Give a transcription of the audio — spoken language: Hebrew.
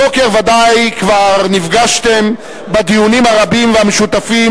הבוקר ודאי כבר נפגשתם בדיונים הרבים והמשותפים